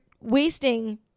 wasting